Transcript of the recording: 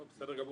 לא, בסדר גמור.